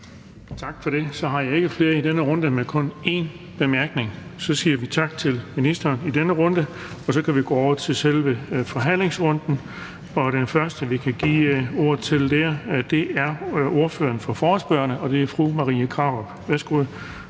Tak for det. Så har jeg ikke flere i denne runde med kun én kort bemærkning. Så siger vi tak til ministeren i denne runde. Så kan vi gå over til selve forhandlingsrunden, og den første, der får ordet her, er ordføreren for forespørgerne, fru Marie Krarup. Jeg